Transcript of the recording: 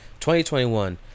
2021